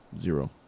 zero